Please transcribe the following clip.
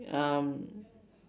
um